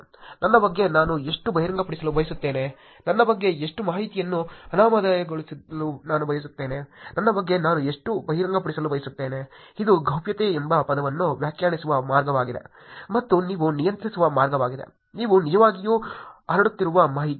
ನನ್ನ ಬಗ್ಗೆ ನಾನು ಎಷ್ಟು ಬಹಿರಂಗಪಡಿಸಲು ಬಯಸುತ್ತೇನೆ ನನ್ನ ಬಗ್ಗೆ ಎಷ್ಟು ಮಾಹಿತಿಯನ್ನು ಅನಾಮಧೇಯಗೊಳಿಸಲು ನಾನು ಬಯಸುತ್ತೇನೆ ನನ್ನ ಬಗ್ಗೆ ನಾನು ಎಷ್ಟು ಬಹಿರಂಗಪಡಿಸಲು ಬಯಸುತ್ತೇನೆ ಇದು ಗೌಪ್ಯತೆ ಎಂಬ ಪದವನ್ನು ವ್ಯಾಖ್ಯಾನಿಸುವ ಮಾರ್ಗವಾಗಿದೆ ಮತ್ತು ನೀವು ನಿಯಂತ್ರಿಸುವ ಮಾರ್ಗವಾಗಿದೆ ನೀವು ನಿಜವಾಗಿಯೂ ಹರಡುತ್ತಿರುವ ಮಾಹಿತಿ